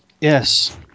Yes